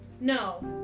no